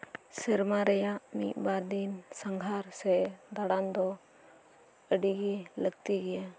ᱥᱮᱨᱢᱟ ᱨᱮᱭᱟᱜ ᱢᱤᱫ ᱵᱟᱨ ᱫᱤᱱ ᱥᱟᱸᱜᱷᱟᱨ ᱥᱮ ᱫᱟᱲᱟᱱ ᱫᱚ ᱟᱹᱰᱤᱜᱤ ᱞᱟᱹᱠᱛᱤ ᱜᱮᱭᱟ